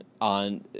on